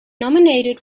nominated